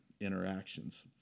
interactions